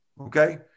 Okay